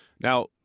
Now